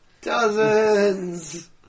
Dozens